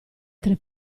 tre